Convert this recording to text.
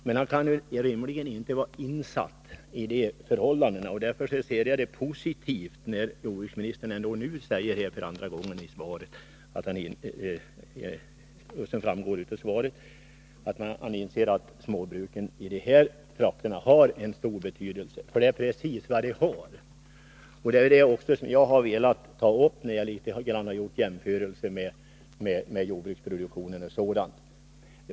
Men han kan ju rimligen inte vara insatt i förhållandena, och därför ser jag det som positivt att jordbruksministern nu säger, för andra gången, att han inser att småbruken i de här trakterna har en stor betydelse. För det är precis vad de har. Det är också detta jag har velat ta upp när jag har gjort jämförelser med jordbruksproduktionen i dess helhet.